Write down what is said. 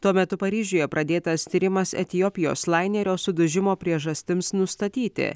tuo metu paryžiuje pradėtas tyrimas etiopijos lainerio sudužimo priežastims nustatyti